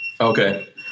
Okay